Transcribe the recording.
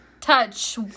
Touch